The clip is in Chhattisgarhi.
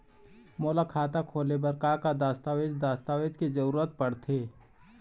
मोला खाता खोले बर का का दस्तावेज दस्तावेज के जरूरत पढ़ते?